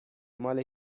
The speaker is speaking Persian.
مال